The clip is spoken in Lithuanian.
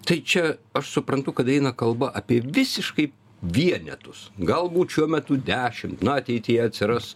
tai čia aš suprantu kad eina kalba apie visiškai vienetus galbūt šiuo metu dešimt na ateityje atsiras